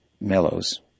mellows